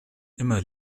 immer